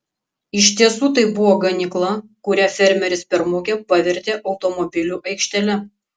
iš tiesų tai buvo ganykla kurią fermeris per mugę pavertė automobilių aikštele